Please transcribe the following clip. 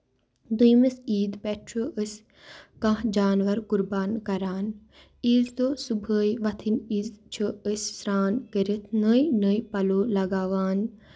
دوٚیِمِس عیٖد پٮ۪ٹھ چھُ أسۍ کانٛہہ جانوَر قُربان کران عیٖز دۄہ صُبحٲے وَتھٕنۍ عیٖز چھُ أسۍ سرٛان کٔرِتھ نٔے نٔے پَلو لَگاوان